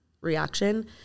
reaction